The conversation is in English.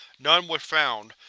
none was found,